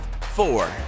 four